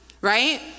right